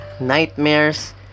nightmares